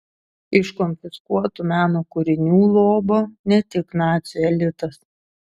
iš konfiskuotų meno kūrinių lobo ne tik nacių elitas